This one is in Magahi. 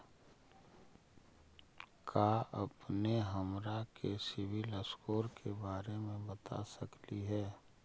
का अपने हमरा के सिबिल स्कोर के बारे मे बता सकली हे?